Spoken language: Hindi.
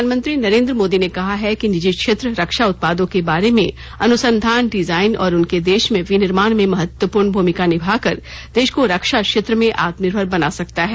प्रधानमंत्री नरेन्द्र मोदी ने कहा है कि निजी क्षेत्र रक्षा उत्पादों के बारे में अनुसंधान डिजायन और उनके देश में विनिर्माण में महत्वपूर्ण भूमिका निभाकर देश को रक्षा क्षेत्र में आत्मनिर्भर बना सकता है